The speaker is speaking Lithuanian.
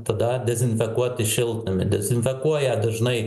tada dezinfekuoti šiltnamį dezinfekuoja dažnai